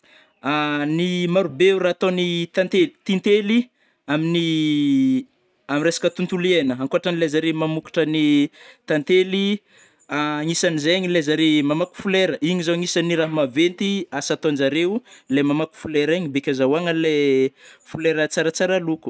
Ny maro o ra ataony tantely tintely aminy amy resaka tontolo iainagna ankoatranle zare mamôkatra ny tantely isagnizegny le zareo mamaky folera igny zao agnisany raha maventy asa ataonjareo le mamaky folera igny beky azahoagna le folera tsaratsara loko.